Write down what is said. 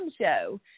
Show